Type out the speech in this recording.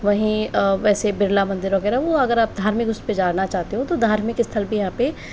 वहीं ऐसे बिरला मंदिर वगैरह हुआ अगर आप धार्मिक उस पर जाना चाहते हो तो धार्मिक स्थल भी यहाँ पर